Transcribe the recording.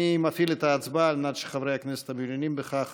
אני מפעיל את ההצבעה על מנת שחברי הכנסת המעוניינים בכך